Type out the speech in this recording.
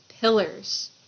pillars